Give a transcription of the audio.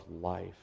life